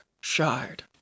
Shard